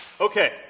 okay